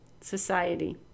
Society